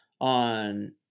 on